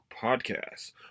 Podcast